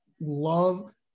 love